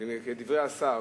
כדברי השר,